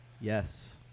Yes